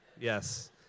Yes